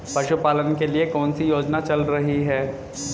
पशुपालन के लिए कौन सी योजना चल रही है?